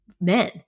men